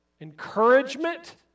encouragement